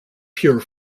pure